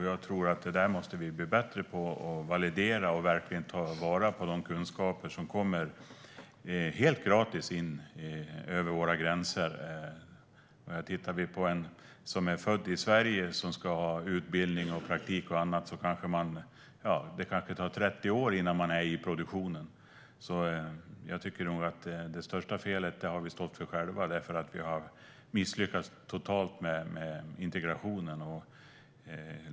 Jag tror att vi måste bli bättre på att validera och verkligen ta vara på de kunskaper som kommer in helt gratis över våra gränser. För någon som är född i Sverige och ska ha utbildning, praktik och annat kanske det tar 30 år innan man är i produktionen. Jag tycker nog att det största felet har vi själva stått för, för vi har misslyckats totalt med integrationen.